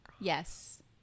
Yes